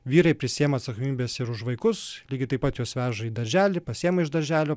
vyrai prisiima atsakomybės ir už vaikus lygiai taip pat juos veža į darželį pasiima iš darželio